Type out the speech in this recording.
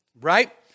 right